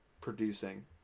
producing